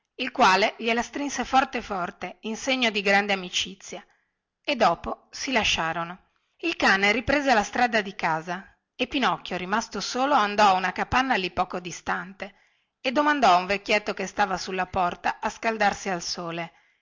il quale gliela strinse forte forte in segno di grande amicizia e dopo si lasciarono il cane riprese la strada di casa e pinocchio rimasto solo andò a una capanna lì poco distante e domandò a un vecchietto che stava sulla porta a scaldarsi al sole